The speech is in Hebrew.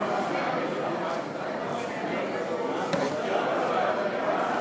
תקופת הצינון לבכירי מערכת הביטחון (תיקוני חקיקה),